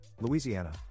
Louisiana